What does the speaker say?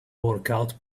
workout